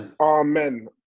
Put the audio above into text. Amen